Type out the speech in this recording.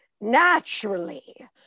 naturally